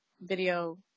video